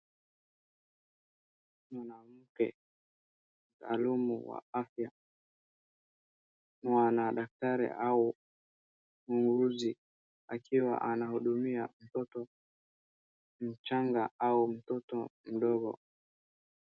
Mwanamke, mtaalumu wa afya na wanadaktari au muuguzi akiwa anahudumia mtoto mchanga au mtoto mdogo.